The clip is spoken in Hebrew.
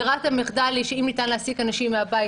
ברירת המחדל היא שאם ניתן להעסיק אנשים מהבית,